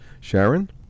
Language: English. Sharon